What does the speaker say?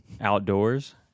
outdoors